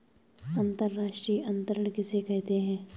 अंतर्राष्ट्रीय अंतरण किसे कहते हैं?